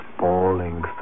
falling